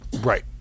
Right